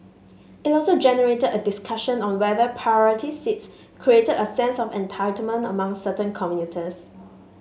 it also generated a discussion on whether priority seats created a sense of entitlement among certain commuters